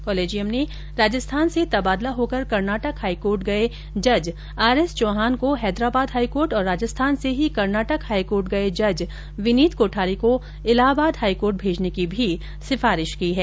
collegium ने राजस्थान से तबादला होकर कर्नाटक हाईकोर्ट गये जज आर एस चौहान को हैदराबाद हाईकोर्ट और राजस्थान से ही कर्नाटक हाईकोर्ट गये जज विनीत कोठारी को ईलाहाबाद हाईकोर्ट भेजने की भी सिफारिश की है